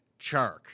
Chark